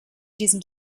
diesem